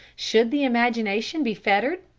should the imagination be fettered?